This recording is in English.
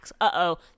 Uh-oh